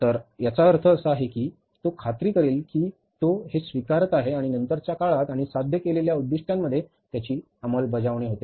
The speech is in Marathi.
तर याचा अर्थ असा आहे की तो खात्री करेल की तो हे स्वीकारत आहे आणि नंतरच्या काळात आणि साध्य केलेल्या उद्दीष्टांमध्ये त्याची अंमलबजावणी होते